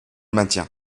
maintiens